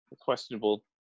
questionable